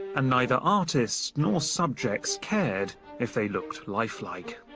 and neither artists nor subjects cared if they looked life-like.